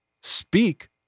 Speak